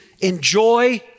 enjoy